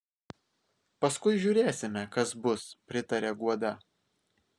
paskui žiūrėsime kas bus pritaria guoda